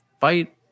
fight